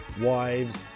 wives